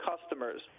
customers